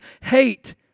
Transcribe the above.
hate